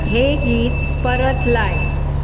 हें गीत परत लाय